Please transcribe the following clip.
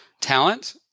talent